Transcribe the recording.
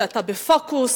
שאתה בפוקוס,